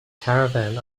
caravan